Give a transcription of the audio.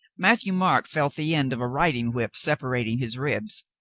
matthieu-marc felt the end of a riding-whip separating his ribs.